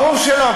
ברור שלא,